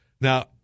Now